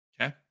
Okay